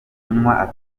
kunywa